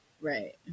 Right